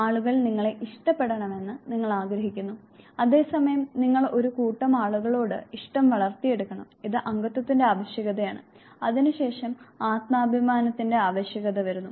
ആളുകൾ നിങ്ങളെ ഇഷ്ടപ്പെടണമെന്ന് നിങ്ങൾ ആഗ്രഹിക്കുന്നു അതേ സമയം നിങ്ങൾ ഒരു കൂട്ടം ആളുകളോടുള്ള ഇഷ്ടം വളർത്തിയെടുക്കണം ഇത് അംഗത്വത്തിന്റെ ആവശ്യകതയാണ് അതിനുശേഷം ആത്മാഭിമാനത്തിന്റെ ആവശ്യകത വരുന്നു